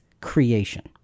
creation